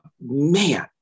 man